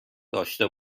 داشته